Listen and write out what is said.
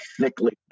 thickly